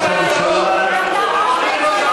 אנחנו מתנגדים לחרמות.